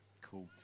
Cool